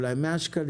אולי על מאה שקלים,